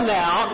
now